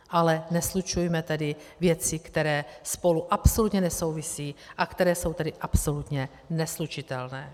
Ale neslučujme tedy věci, které spolu absolutně nesouvisí a které jsou tedy absolutně neslučitelné.